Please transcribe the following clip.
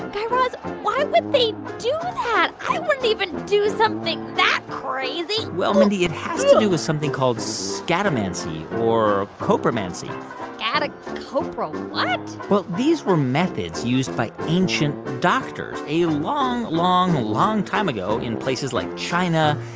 guy raz, why would they do that? i wouldn't even do something that crazy well, mindy, it has to do with something called scatomancy or copramancy scata copra what? well, these were methods used by ancient doctors a long, long, long time ago in places like china,